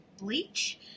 bleach